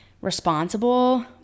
responsible